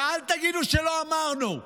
ואל תגידו שלא אמרנו.